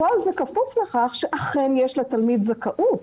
כל זה כפוף לכך שאכן יש לתלמיד זכאות.